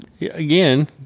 again